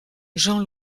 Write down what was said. jean